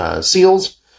seals